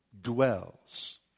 dwells